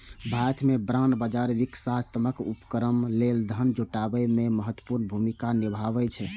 भारत मे बांड बाजार विकासात्मक उपक्रम लेल धन जुटाबै मे महत्वपूर्ण भूमिका निभाबै छै